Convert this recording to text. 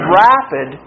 rapid